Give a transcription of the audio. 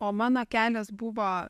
o mano kelias buvo